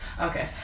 Okay